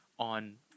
on